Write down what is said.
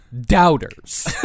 doubters